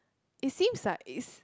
it seems like it's